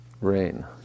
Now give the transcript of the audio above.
Rain